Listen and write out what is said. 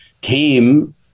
came